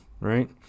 Right